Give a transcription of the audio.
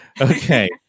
Okay